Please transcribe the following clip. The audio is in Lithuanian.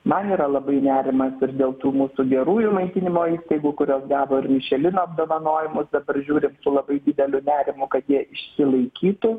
man yra labai nerimas ir dėl tų mūsų gerųjų maitinimo įstaigų kurios gavo ir mišelino apdovanojimus dabar žiūrim su labai dideliu nerimu kad jie išsilaikytų